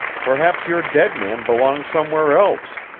perhaps your dead man belongs somewhere else.